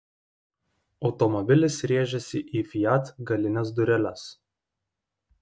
automobilis rėžėsi į fiat galines dureles